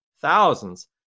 thousands